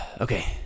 Okay